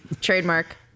Trademark